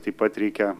taip pat reikia